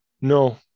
No